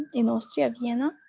in austria, vienna.